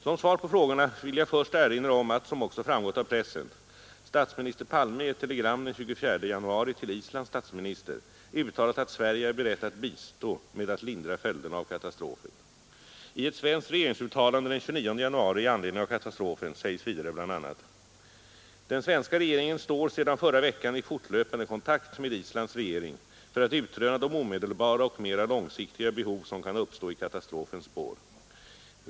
Som svar på frågorna vill jag först erinra om att, som också framgått av pressen, statsminister Palme i ett telegram den 24 januari till Islands statsminister uttalat att Sverige är berett att bistå med att lindra följderna av katastrofen. I ett svenskt regeringsuttalande den 29 januari i anledning av katastrofen säges vidare bl.a.: ”Den svenska regeringen står sedan förra veckan i fortlöpande kontakt med Islands regering för att utröna de omedelbara och mera långsiktiga behov som kan uppstå i katastrofens spår.